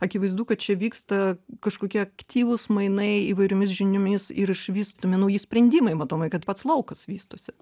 akivaizdu kad čia vyksta kažkokie aktyvūs mainai įvairiomis žiniomis ir išvystomi nauji sprendimai matomai kad pats laukas vystosi